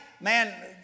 man